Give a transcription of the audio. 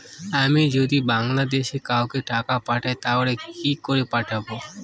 আমি যদি বাংলাদেশে কাউকে টাকা পাঠাই তাহলে কি করে পাঠাবো?